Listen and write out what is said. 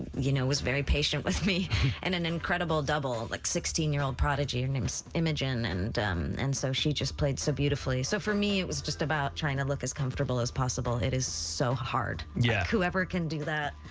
you know, was very patient with me. chuckles and an incredible double, like sixteen year old prodigy, her name's imogen, and um. and so she just played so beautifully, so for me, it was just about trying to look as comfortable as possible, it is so hard. yeah. whoever can do that.